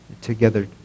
together